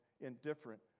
indifferent